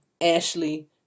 Ashley